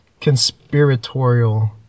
conspiratorial